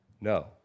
No